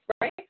Right